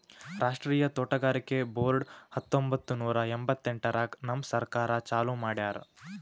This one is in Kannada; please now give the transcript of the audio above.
ರಾಷ್ಟ್ರೀಯ ತೋಟಗಾರಿಕೆ ಬೋರ್ಡ್ ಹತ್ತೊಂಬತ್ತು ನೂರಾ ಎಂಭತ್ತೆಂಟರಾಗ್ ನಮ್ ಸರ್ಕಾರ ಚಾಲೂ ಮಾಡ್ಯಾರ್